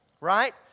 Right